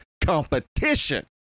competition